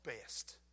best